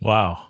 Wow